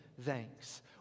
thanks